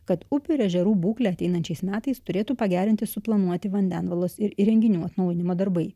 kad upių ir ežerų būklę ateinančiais metais turėtų pagerinti suplanuoti vandenvalos įrenginių atnaujinimo darbai